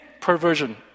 perversion